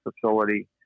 facility